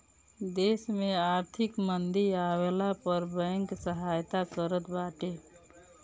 देस में आर्थिक मंदी आवला पअ बैंक सहायता करत बाटे